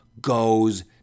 goes